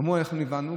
אמרו: אנחנו הבנו.